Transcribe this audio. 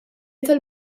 tal